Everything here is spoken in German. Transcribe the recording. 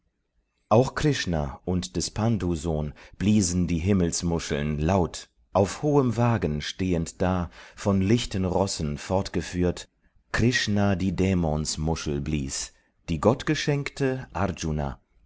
auch krishna und des pndu sohn bliesen die himmelsmuscheln laut auf hohem wagen stehend da von lichten rossen fortgeführt krishna die dämonsmuschel blies die gottgeschenkte arjuna